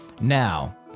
Now